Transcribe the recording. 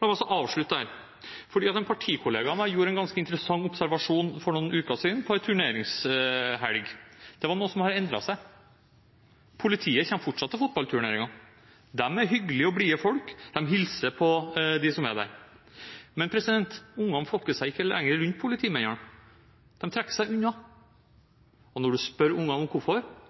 La meg også avslutte der. En partikollega av meg gjorde en ganske interessant observasjon en turneringshelg for noen uker siden. Det var noe som hadde endret seg. Politiet kommer fortsatt til fotballturneringen. De er hyggelige og blide folk, de hilser på dem som er der. Men barna flokker seg ikke lenger rundt politimennene, de trekker seg unna. Når man spør barna om hvorfor,